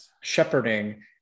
shepherding